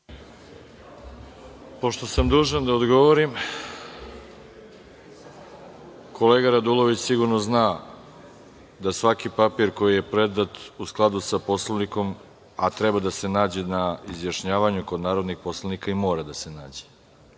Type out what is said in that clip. Pošto sam dužan da odgovorim, kolega Radulović sigurno zna da svaki papir koji je predat, u skladu sa Poslovnikom, a treba da se nađe na izjašnjavanju kod narodnih poslanika, mora da se nađe.